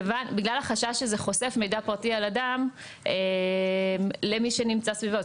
בגלל החשש שזה חושף מידע פרטי על אדם למי שנמצא סביבו.